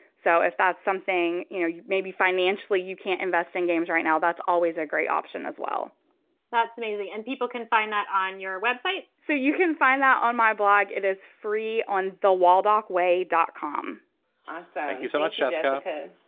so if that's something you know you maybe financially you can't invest in games right now, that's always a great option as well that's amazing. and people can find that on your website so you can find that on my blog. it is free on the waldock way dot com ah thank you so much, shasta.